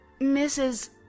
Mrs